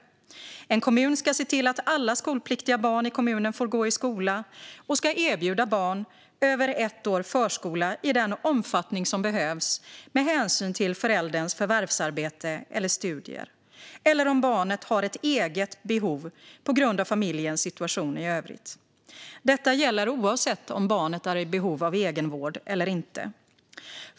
En kommun ska se till att alla skolpliktiga barn i kommunen får gå i skola och ska erbjuda barn över ett år förskola i den omfattning som behövs med hänsyn till förälderns förvärvsarbete eller studier eller om barnet har ett eget behov på grund av familjens situation i övrigt. Detta gäller oavsett om barnet är i behov av egenvård eller inte.